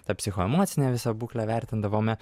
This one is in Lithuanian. ta psichoemocinę visą būklę vertindavome